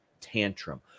tantrum